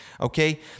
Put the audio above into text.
okay